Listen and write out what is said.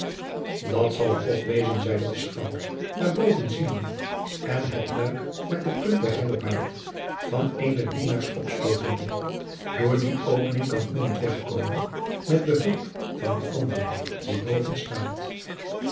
dat zal het toch wezen zeide de schout naar boven ziende en het luik met de punt der hellebaard van een der dienaars opstootende door die opening kan iemand wegkomen met behulp van een anderen die bovenstaat